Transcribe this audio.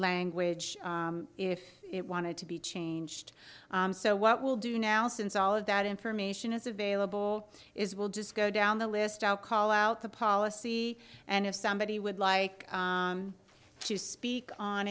language if it wanted to be changed so what we'll do now since all of that information is available is will just go down the list out call out the policy and if somebody would like to speak on